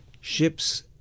ships